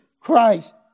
Christ